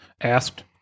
asked